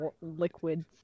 liquids